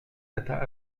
data